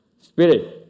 Spirit